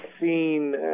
seen